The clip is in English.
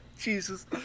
Jesus